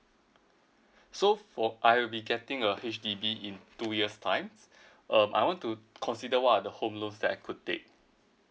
so for I will be getting a H_D_B in two years time uh I want to consider what are the home loans that I could take